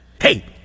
Hey